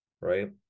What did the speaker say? Right